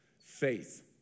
faith